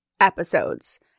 episodes